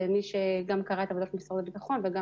ומי שגם קרא את עבודת משרד הביטחון וגם